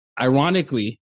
ironically